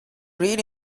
reed